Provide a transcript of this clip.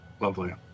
Lovely